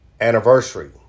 anniversary